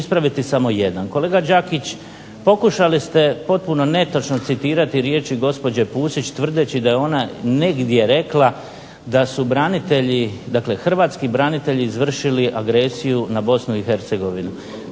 Kolega Đakić, pokušali ste potpuno netočno citirati riječi gospođe Pusić tvrdeći da je ona negdje rekla da su branitelji, dakle hrvatski branitelji izvršili agresiju na Bosnu i Hercegovinu.